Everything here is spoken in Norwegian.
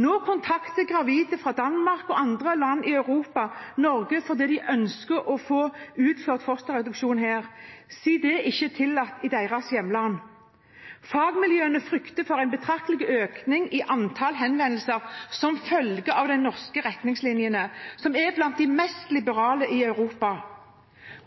Nå kontakter gravide fra Danmark og andre land i Europa Norge fordi de ønsker å få utført fosterreduksjon her siden det ikke er tillatt i deres hjemland. Fagmiljøene frykter for en betraktelig økning i antall henvendelser som følge av de norske retningslinjene, som er blant de mest liberale i Europa.